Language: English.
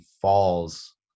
falls